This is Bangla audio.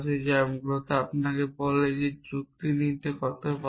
যা মূলত আপনাকে বলে যে এটি কতগুলি যুক্তি নিতে পারে